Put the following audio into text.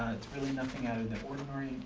it's really nothing out of the ordinary.